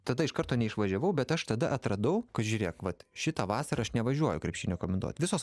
tada iš karto neišvažiavau bet aš tada atradau kad žiūrėk vat šitą vasarą aš nevažiuoju krepšinio komentuot visos